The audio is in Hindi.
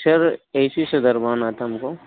सर ए सी से था हमको